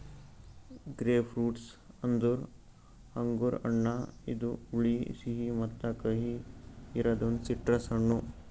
grapefruit ಅಂದುರ್ ಅಂಗುರ್ ಹಣ್ಣ ಇದು ಹುಳಿ, ಸಿಹಿ ಮತ್ತ ಕಹಿ ಇರದ್ ಒಂದು ಸಿಟ್ರಸ್ ಹಣ್ಣು